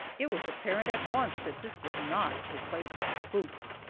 it was apparent at once that this was not a place for spooks!